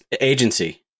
agency